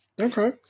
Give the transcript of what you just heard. Okay